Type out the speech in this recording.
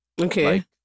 Okay